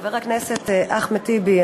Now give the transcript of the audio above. חבר הכנסת אחמד טיבי,